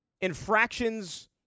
infractions